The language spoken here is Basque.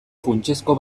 funtsezko